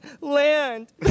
land